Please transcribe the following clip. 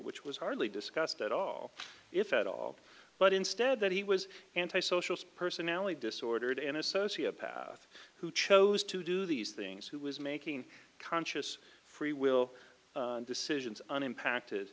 which was hardly discussed at all if at all but instead that he was anti social personality disordered in a sociopath who chose to do these things who was making conscious freewill decisions on impacted